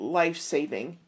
life-saving